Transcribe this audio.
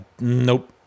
nope